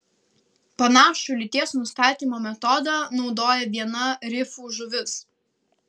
panašų lyties nustatymo metodą naudoja viena rifų žuvis